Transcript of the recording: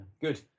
Good